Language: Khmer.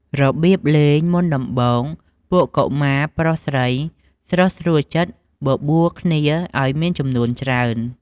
របៀបលេង មុនដំបូង ពួកកុមារប្រុសស្រី ស្រុះស្រួលចិត្តបបួលគ្នាឲ្យមានចំនួនច្រើន។